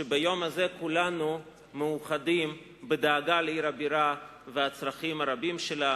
ביום הזה כולנו מאוחדים בדאגה לעיר הבירה ולצרכים הרבים שלה,